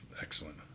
excellent